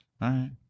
right